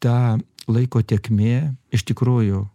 ta laiko tėkmė iš tikrųjų